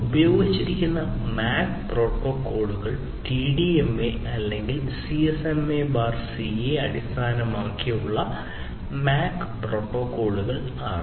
ഉപയോഗിച്ചിരിക്കുന്ന MAC പ്രോട്ടോക്കോളുകൾ TDMA അല്ലെങ്കിൽ CSMACA അടിസ്ഥാനമാക്കിയുള്ള MAC പ്രോട്ടോക്കോൾ ആണ്